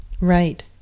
right